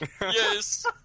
Yes